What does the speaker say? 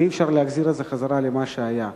ואי-אפשר להחזיר את זה למה שהיה.